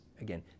Again